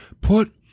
put